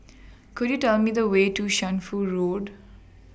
Could YOU Tell Me The Way to Shunfu Road